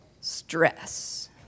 stress